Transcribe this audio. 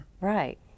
Right